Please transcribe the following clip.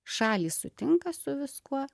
šalys sutinka su viskuo